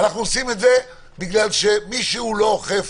אנחנו עושים את זה בגלל שמישהו לא אוכף